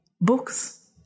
Books